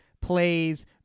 plays